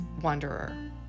wanderer